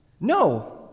No